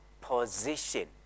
position